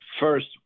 First